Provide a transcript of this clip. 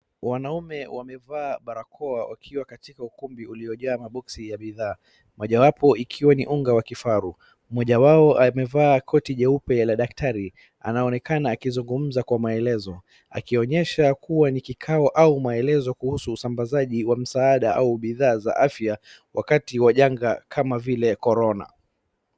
Wanaume wamevaa barakoa wakiwa katika ukumbi uliojaa maboxi ya bidhaa, mojawapo ikiwa ni unga wa kifaru, moja wao amevaa koti jeupe la daktari, anaonekana akizungumza kwa maelezo akionyesha kuwa ni kikao au maelezo kuhusu usambazaji wa msaada au bidhaa za afya, wakati wa janga kama vile korona.